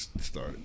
start